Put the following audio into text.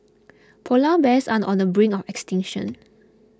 Polar Bears are on the brink of extinction